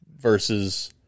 versus